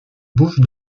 bouches